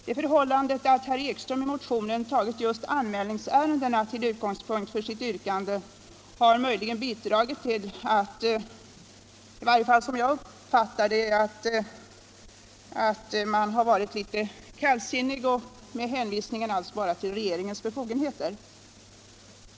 Det förhållandet att herr Ekström i motionen tagit just anmälningsärendena till utgångspunkt för sitt yrkande har möjligen bidragit till den — som jag uppfattar det — kallsinninga hänvisningen till regeringens befogenheter.